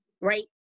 right